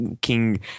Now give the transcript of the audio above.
King